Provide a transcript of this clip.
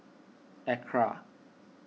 Acra